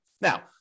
Now